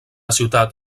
ciutat